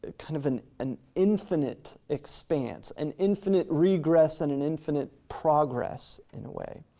ah kind of an an infinite expanse, an infinite regress and an infinite progress, in a way,